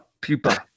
Pupa